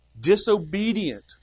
Disobedient